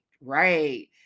Right